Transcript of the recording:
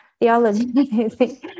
theology